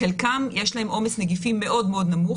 לחלקם יש עומס נגיפים מאוד נמוך,